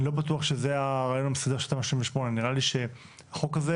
אני לא בטוח שזה הרעיון של תמ"א 38. נראה לי שהחוק הזה